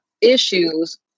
issues